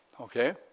okay